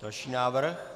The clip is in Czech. Další návrh.